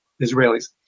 Israelis